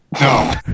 No